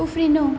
उफ्रिनु